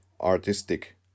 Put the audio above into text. artistic